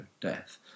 death